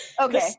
Okay